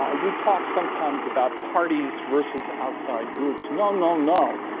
ah we talk sometimes about parties versus outside groups. no, no, no.